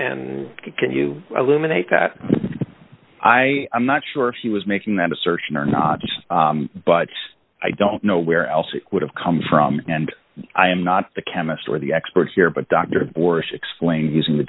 and can you eliminate that i am not sure if he was making that assertion or not but i don't know where else would have come from and i am not the chemist or the experts here but dr borsch explained using the